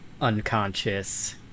unconscious